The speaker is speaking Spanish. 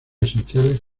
esenciales